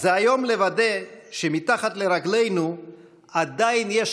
זה היום לוודא שמתחת לרגלינו עדיין יש